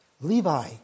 Levi